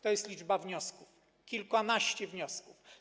To jest liczba wniosków, kilkanaście wniosków.